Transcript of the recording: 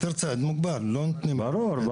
היתר ציד מוגבל, לא נותנים --- ברור.